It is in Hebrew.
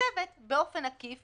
מתקצבת באופן עקיף